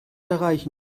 erreichen